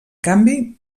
canvi